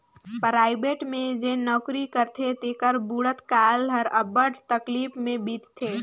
private में जेन नउकरी करथे तेकर बुढ़त काल हर अब्बड़ तकलीफ में बीतथे